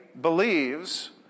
believes